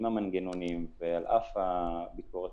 עם המנגנונים ועל אף הביקורת,